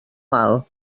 mal